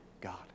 God